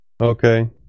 Okay